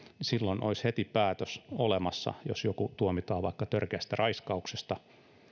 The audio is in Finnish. silloin olisi heti päätös olemassa jos joku tuomitaan vaikka törkeästä raiskauksesta